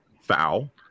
foul